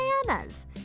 bananas